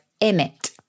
Emmet